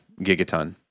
Gigaton